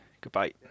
Goodbye